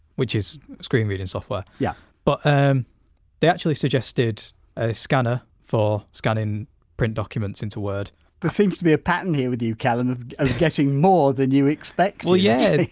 which is reading software, yeah but um they actually suggested a scanner for scanning print documents into word there seems to be a pattern here with you callum of of getting more than you expected well yeah,